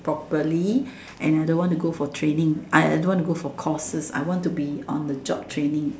properly and I don't want to go for training I don't want to go for courses I want to be on the job training